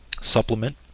supplement